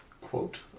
Quote